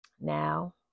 Now